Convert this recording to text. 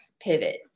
pivot